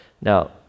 now